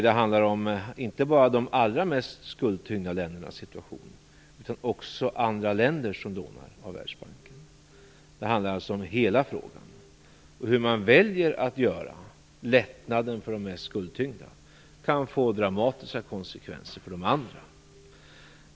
Det handlar om situationen inte bara för de allra mest skuldtyngda länderna, utan också för andra länder som lånar av Världsbanken. Det handlar alltså om hela frågan. Hur man väljer att göra lättnaden för de mest skuldtyngda kan få dramatiska konsekvenser för de andra.